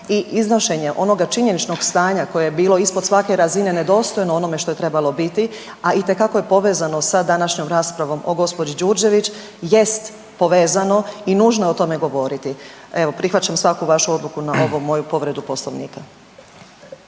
i iznošenje onoga činjeničkog stanja koje je bilo ispod svake razine nedostojno onome što je trebalo biti, a itekako je povezano sa današnjom raspravom o gđi. Đurđević jest povezano i nužno je o tome govoriti. Evo, prihvaćam svaku vašu odluku na ovu moju povredu Poslovnika.